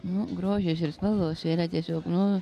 nu grožis ir spalvos yra tiesiog nu